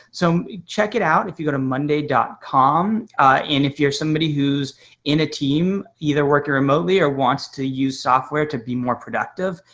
so check it out. if you go to monday dot com and if you're somebody who's in a team, either working remotely or wants to use software to be more productive,